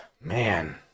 Man